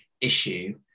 issue